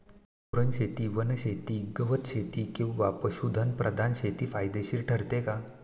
कुरणशेती, वनशेती, गवतशेती किंवा पशुधन प्रधान शेती फायदेशीर ठरते का?